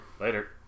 Later